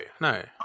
no